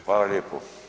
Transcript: Hvala lijepo.